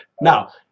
now